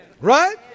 Right